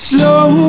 Slow